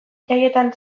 jaietan